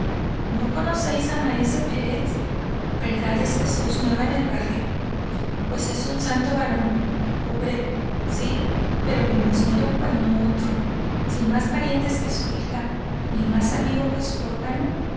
no conocéis á maese pérez verdad es que sóis nueva en el barrio pues es un santo varón pobre sí pero limosnero cual no otro sin más parientes que su hija ni más amigo que su órgano